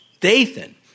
Dathan